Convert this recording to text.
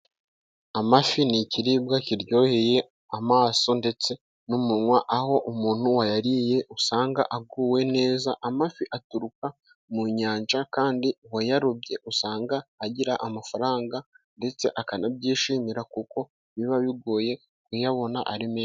Amafi ni ikiribwa kiryoheye amaso, ndetse n'umunwa, aho umuntu wayariye usanga aguwe neza, amafi aturuka mu nyanja kandi uwayarobye usanga agira amafaranga, ndetse akanabyishimira, kuko biba bigoye kuyabona ari menshi.